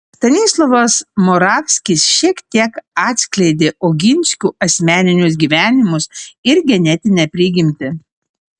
stanislovas moravskis šiek tiek atskleidė oginskių asmeninius gyvenimus ir genetinę prigimtį